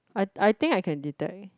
I I think I can detect eh